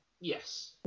Yes